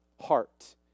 heart